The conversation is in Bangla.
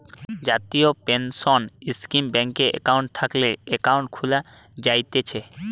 জাতীয় পেনসন স্কীমে ব্যাংকে একাউন্ট থাকলে একাউন্ট খুলে জায়তিছে